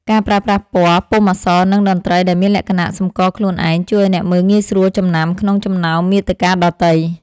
ការប្រើប្រាស់ពណ៌ ពុម្ពអក្សរ និងតន្ត្រីដែលមានលក្ខណៈសម្គាល់ខ្លួនឯង ជួយឱ្យអ្នកមើលងាយស្រួលចំណាំក្នុងចំណោមមាតិកាដទៃ។